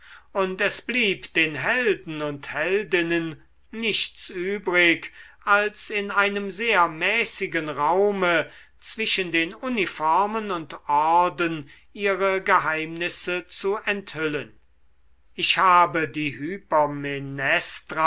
und es blieb den helden und heldinnen nichts übrig als in einem sehr mäßigen raume zwischen den uniformen und orden ihre geheimnisse zu enthüllen ich habe die